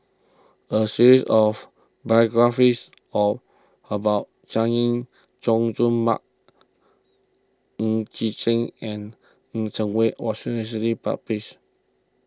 a series of biographies of about Chay Jung Jun Mark Ng Yi Sheng and Chen Cheng Mei was recently published